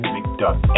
McDuck